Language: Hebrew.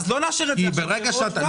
לא היה קורה להם כלום.